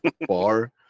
bar